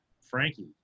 Frankie